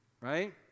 right